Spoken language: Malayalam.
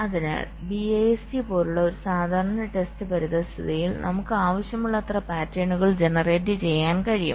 അതിനാൽ BIST പോലുള്ള ഒരു സാധാരണ ടെസ്റ്റ് പരിതസ്ഥിതിയിൽ നമുക്ക് ആവശ്യമുള്ളത്ര പാറ്റേണുകൾ ജനറേറ്റ് ചെയ്യാൻ കഴിയും